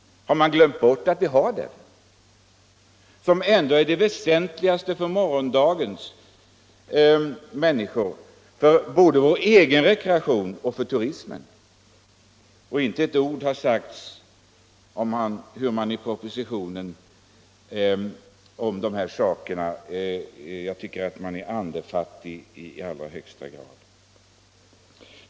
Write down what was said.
Har man glömt bort att vi har denna allemansrätt, som ändå är det väsentligaste för morgondagens människor, för både vår egen rekreation och för turismen? Inte ett ord har i propositionen sagts om de här sakerna. Jag tycker att man är andefattig i allra högsta grad.